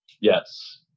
Yes